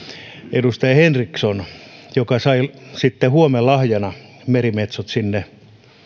edustaja henriksson joka sai sitten huomenlahjana merimetsot sinne